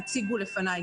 כפי שהציגו לפניי.